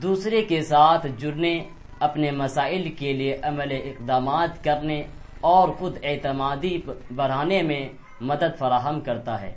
دوسرے کے ساتھ جڑنے اپنے مسائل کے لیے عمل اقدامات کرنے اور خود اعتمادی بڑھانے میں مدد فراہم کرتا ہے